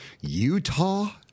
Utah